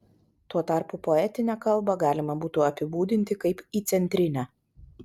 tuo tarpu poetinę kalbą galima būtų apibūdinti kaip įcentrinę